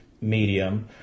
medium